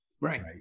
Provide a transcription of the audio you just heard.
Right